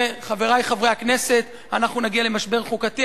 וחברי חברי הכנסת, אנחנו נגיע למשבר חוקתי.